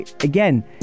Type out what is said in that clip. again